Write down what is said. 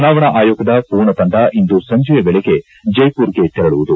ಚುನಾವಣಾ ಆಯೋಗದ ಪೂರ್ಣ ತಂಡ ಇಂದು ಸಂಜೆಯ ವೇಳೆಗೆ ಚ್ಲೆಮರ್ಗೆ ತೆರಳುವುದು